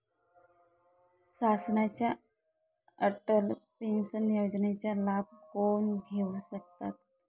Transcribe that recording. शासनाच्या अटल पेन्शन योजनेचा लाभ कोण घेऊ शकतात?